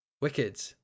Wicked